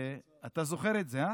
אתה זוכר את זה?